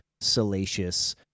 salacious